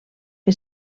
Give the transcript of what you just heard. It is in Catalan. que